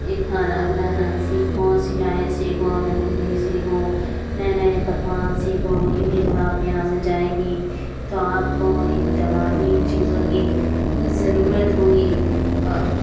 یہ کھانا بنانا سیکھو سلائی سیکھو مہندی سیکھو نئے نئے پکوان سیکھو کیونکہ جب آپ یہاں سے جائیں گی تو آپ کو ان تمام ہی چیزوں کی ضرورت ہوگی اور